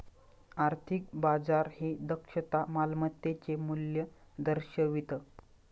आर्थिक बाजार हे दक्षता मालमत्तेचे मूल्य दर्शवितं